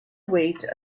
weight